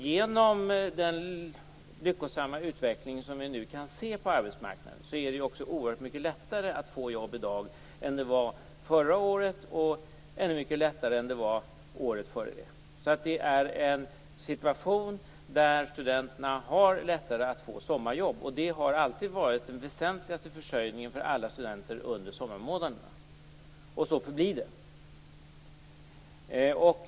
Genom den lyckosamma utveckling som vi nu kan se på arbetsmarknaden är det i dag oerhört mycket lättare att få jobb än vad det var förra året och ännu mycket lättare än året innan. Studenterna har alltså nu lättare att få sommarjobb, och det har alltid varit den väsentligaste försörjningen för studenter under sommarmånaderna. Så förblir det också.